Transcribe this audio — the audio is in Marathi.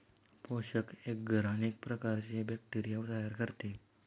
पोषक एग्गर अनेक प्रकारचे बॅक्टेरिया तयार करते